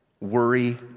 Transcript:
worry